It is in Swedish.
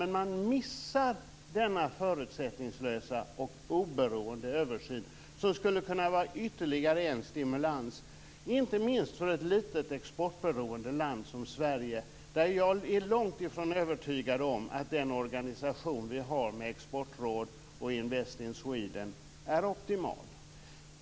Men man missar den förutsättningslösa och oberoende översyn som skulle kunna vara ytterligare en stimulans - inte minst för ett litet exportberoende land som Sverige. För jag är långt ifrån övertygad om att den organisation som vi har med exportråd och Invest in Sweden är optimal.